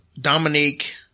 Dominique